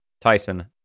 Tyson